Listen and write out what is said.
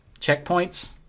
Checkpoints